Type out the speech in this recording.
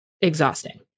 exhausting